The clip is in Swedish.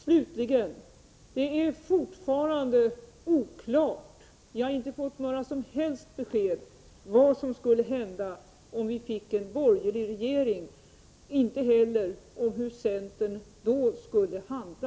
Slutligen: Det är fortfarande oklart vad som skulle hända om vi fick en borgerlig regering. Vi har inte fått några besked därom, eller om hur centern då skulle handla.